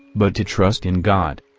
but to trust in god.